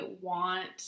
want